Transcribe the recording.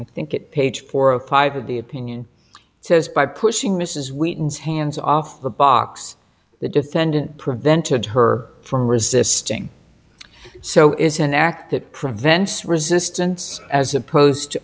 i think it page four of five of the opinion says by pushing mrs wheaton's hands off the box the defendant prevented her from resisting so is an act that prevents resistance as opposed to